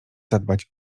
zadbać